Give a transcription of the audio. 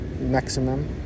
maximum